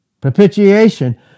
propitiation